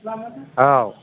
औ